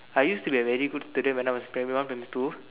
I used to be a very good student when I was in primary one primary two